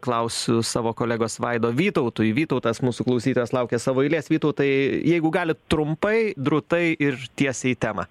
klausiu savo kolegos vaido vytautui vytautas mūsų klausytojas laukia savo eilės vytautai jeigu galit trumpai drūtai ir tiesiai į temą